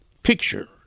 Picture